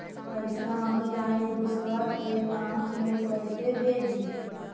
पैसा ऑनलाइन दूसरा के अकाउंट में कैसे भेजी?